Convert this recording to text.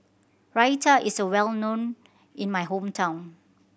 Raita is well known in my hometown